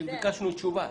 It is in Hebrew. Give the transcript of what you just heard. ביקשנו תשובה.